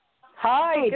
Hi